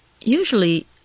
Usually